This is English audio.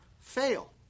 fail